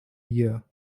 year